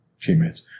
teammates